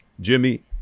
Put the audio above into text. Jimmy